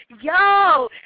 Yo